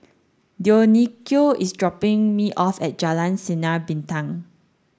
Dionicio is dropping me off at Jalan Sinar Bintang